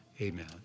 Amen